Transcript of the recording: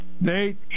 Nate